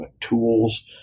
tools